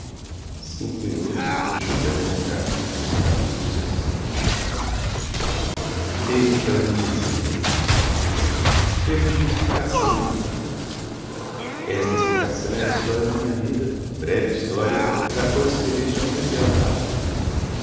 surpresa eis o que ela me dizia devo te uma explicação meu amigo esta explicação é a história da minha vida breve história da qual escreveste a mais bela página